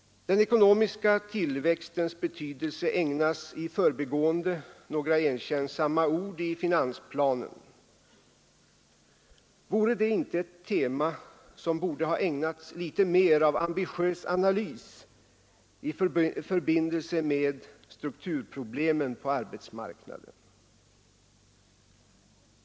Den ekonomiska tillväxtens betydelse ägnas i förbigående några erkännsamma ord i finansplanen. Vore det inte ett tema som borde ha ägnats litet mer av ambitiös analys i förbindelse med strukturproblemen på arbetsmarknaden?